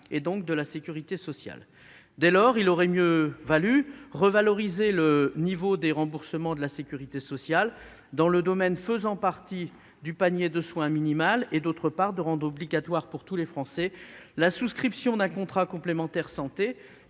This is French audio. donc de la sécurité sociale. Dès lors, il aurait mieux, d'une part, valu revaloriser le niveau des remboursements de la sécurité sociale dans les domaines faisant partie du panier de soins minimal, et, d'autre part, rendre obligatoire pour tous les Français la souscription d'un contrat de complémentaire santé,